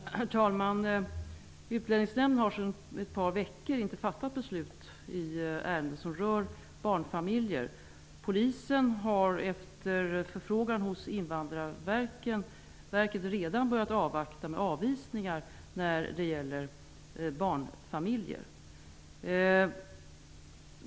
Herr talman! Utlänningsnämnden har sedan ett par veckor tillbaka inte fattat några beslut i ärenden som rör barnfamiljer. Polisen har efter förfrågan hos Invandrarverket redan börjat avvakta med avvisningar när det gäller barnfamiljer.